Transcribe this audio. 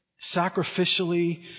sacrificially